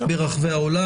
ברחבי העולם.